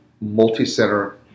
multi-center